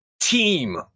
team